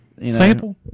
Sample